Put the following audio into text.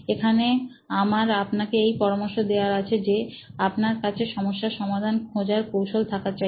এখানে আমার আপনাকে এই পরামর্শ দেওয়ার আছে যে আপনার কাছে সমস্যার সমাধান খোঁজার কৌশল থাকা চাই